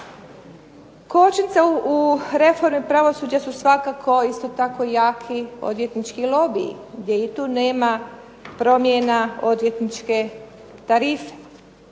Kočnice u reformi pravosuđa su svakako isto tako jaki odvjetnički lobiji gdje tu nema promjena odvjetničke tarife.